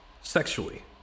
Sexually